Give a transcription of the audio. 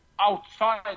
outside